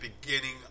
beginning